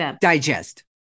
digest